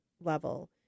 level